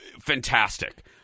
fantastic